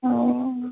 ও